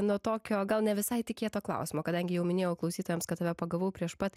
nuo tokio gal ne visai tikėto klausimo kadangi jau minėjau klausytojams kad tave pagavau prieš pat